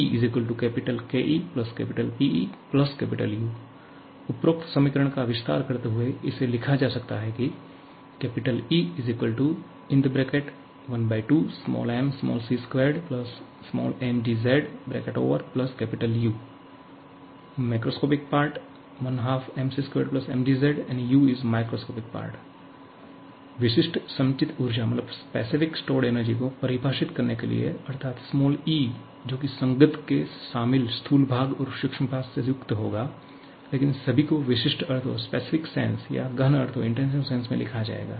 EKEPEU उपरोक्त समीकरण का विस्तार करते हुए इसे लिखा जा सकता है की E12mc2mgzU विशिष्ट संचित ऊर्जा को परिभाषित करने के लिए अर्थात् e जो कि संगत के शामिल स्थूल भाग और सूक्ष्म भाग से युक्त होगा लेकिन सभी को विशिष्ट अर्थों या गहन अर्थों में लिखा जाएगा